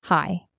Hi